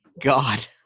God